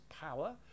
power